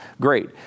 great